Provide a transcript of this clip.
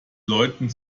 leuten